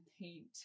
paint